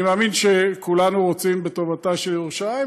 אני מאמין שכולנו רוצים בטובתה של ירושלים,